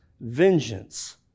vengeance